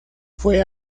fue